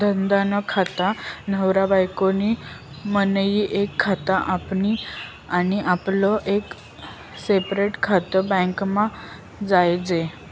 धंदा नं खातं, नवरा बायको नं मियीन एक खातं आनी आपलं एक सेपरेट खातं बॅकमा जोयजे